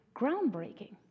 groundbreaking